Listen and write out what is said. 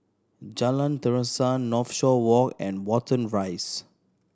Jalan Terusan Northshore Walk and Watten Rise